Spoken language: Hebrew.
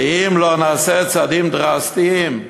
ואם לא נעשה צעדים דרסטיים,